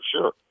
sure